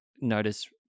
notice